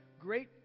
great